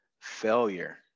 failure